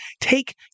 take